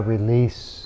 release